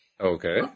okay